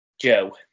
Joe